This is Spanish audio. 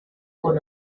con